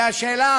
והשאלה